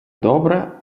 добре